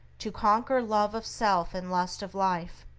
to conquer love of self and lust of life,